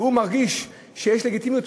כשהוא מרגיש שיש לגיטימיות,